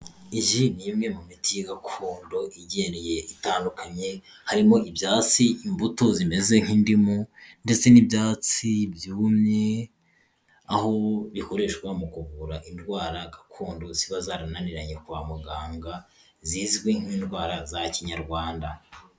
Iyi ni imwe mu miti gakondo igiye itandukanye, harimo ibyatsi, imbuto zimeze nk'indimu ndetse n'ibyatsi byumye, aho bikoreshwa mu kuvura indwara gakondo ziba zarananiranye kwa muganga zizwi nk'indwara za Kinyarwanda.